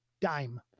dime